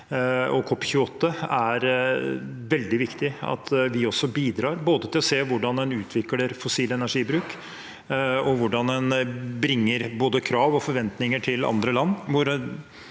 og COP 28, er det veldig viktig at vi også bidrar med både å se hvordan en utvikler fossil energibruk, og hvordan en bringer krav og forventninger til andre land.